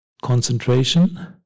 concentration